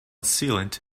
sealant